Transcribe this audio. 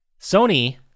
Sony